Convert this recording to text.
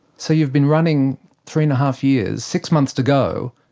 so you've been running three and a half years, six months to go,